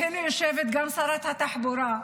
והינה, יושבת גם שרת התחבורה,